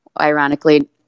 ironically